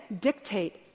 dictate